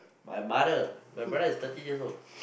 my mother my brother is thirteen years old